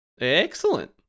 Excellent